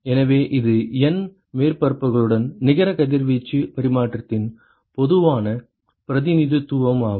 எனவே இது N மேற்பரப்புகளுடன் நிகர கதிர்வீச்சு பரிமாற்றத்தின் பொதுவான பிரதிநிதித்துவமாகும்